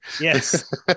Yes